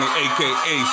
aka